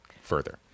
further